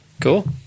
Cool